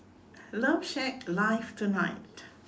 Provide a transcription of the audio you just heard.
love shack live tonight